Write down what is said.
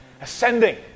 ascending